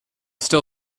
still